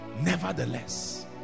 nevertheless